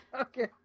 Okay